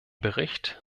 bericht